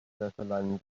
wäscheleinen